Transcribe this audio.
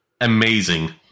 Amazing